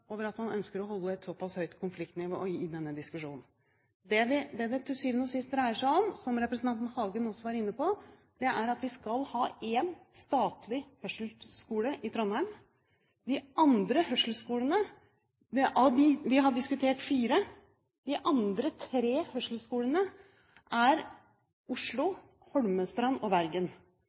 over at man ønsker å holde et såpass høyt konfliktnivå i denne diskusjonen. Det det til syvende og sist dreier seg om, som representanten Hagen også var inne på, er at vi skal ha én statlig hørselsskole i Trondheim. Vi har diskutert fire hørselsskoler. De andre tre hørselsskolene er i Oslo, Holmestrand og Bergen.